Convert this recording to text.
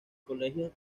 colegios